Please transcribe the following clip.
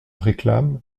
réclame